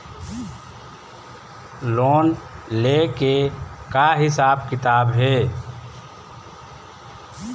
Loan ले के का हिसाब किताब हे?